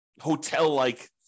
hotel-like